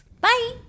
Bye